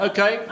Okay